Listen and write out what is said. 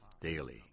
daily